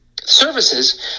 services